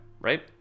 right